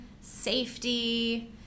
safety